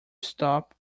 stop